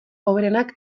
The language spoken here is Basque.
hoberenak